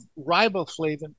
riboflavin